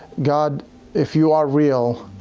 god if you are real